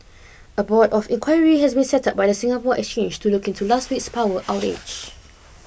a board of inquiry has been set up by the Singapore Exchange to look into last week's power outage